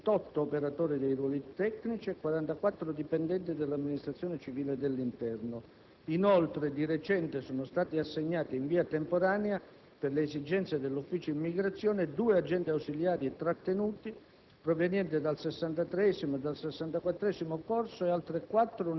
Contribuiscono alla funzionalità delle due strutture 38 operatori dei ruoli tecnici e 44 dipendenti dell'Amministrazione civile dell'interno; inoltre, di recente sono stati assegnati in via temporanea per le esigenze dell'Ufficio immigrazione due agenti ausiliari trattenuti